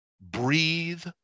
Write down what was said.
breathe